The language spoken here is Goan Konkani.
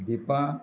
दिपा